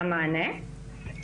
מה ידוע לו על הנוהל,